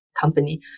company